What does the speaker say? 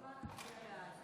ההצעה להעביר את